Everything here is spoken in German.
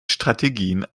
strategien